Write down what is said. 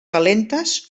calentes